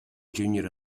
junior